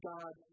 God